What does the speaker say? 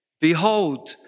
Behold